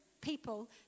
people